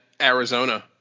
Arizona